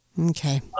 Okay